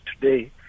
today